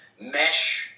mesh